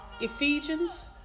Ephesians